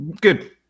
good